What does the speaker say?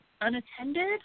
unattended